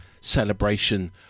celebration